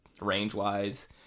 range-wise